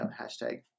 hashtag